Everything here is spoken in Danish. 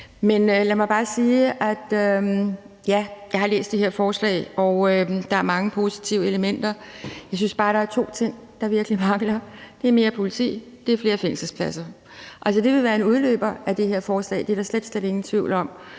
jeg har læst det her forslag, og at der er mange positive elementer. Jeg synes bare, der er to ting, der virkelig vakler, og det er mere politi og flere fængselspladser. Det vil være en udløber af det her forslag. Det er der slet, slet ingen tvivl om,